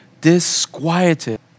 disquieted